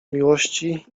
miłości